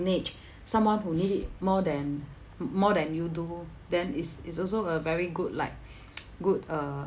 someone who need it more than m~ more than you do then it's it's also a very good like good uh